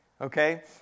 Okay